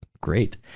Great